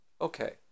Okay